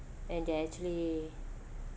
and they actually